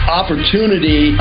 opportunity